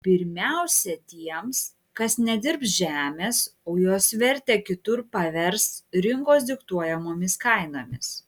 pirmiausia tiems kas nedirbs žemės o jos vertę kitur pavers rinkos diktuojamomis kainomis